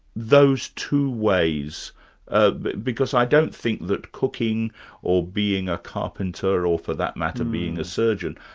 those two ways ah because i don't think that cooking or being a carpenter or for that matter being a surgeon,